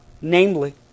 namely